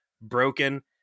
broken